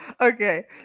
Okay